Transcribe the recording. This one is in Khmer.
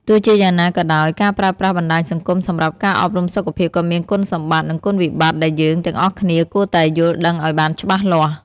ទោះជាយ៉ាងណាក៏ដោយ ការប្រើប្រាស់បណ្តាញសង្គមសម្រាប់ការអប់រំសុខភាពក៏មានគុណសម្បត្តិ និងគុណវិបត្តិដែលយើងទាំងអស់គ្នាគួរតែយល់ដឹងឲ្យបានច្បាស់លាស់។